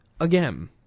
Again